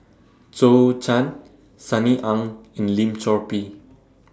Zhou Can Sunny Ang and Lim Chor Pee